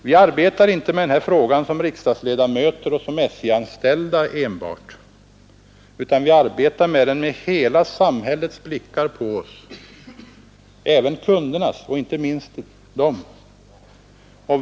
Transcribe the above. Vi arbetar inte med den här frågan som riksdagsledamöter och som SJ-anställda enbart, utan vi arbetar med den med hela samhällets blickar på oss, och inte minst kundernas.